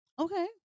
Okay